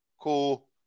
cool